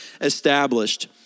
established